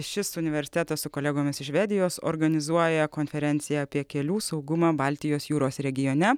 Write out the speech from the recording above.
šis universitetas su kolegomis iš švedijos organizuoja konferenciją apie kelių saugumą baltijos jūros regione